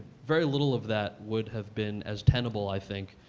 very little of that would have been as tenable, i think,